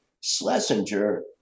Schlesinger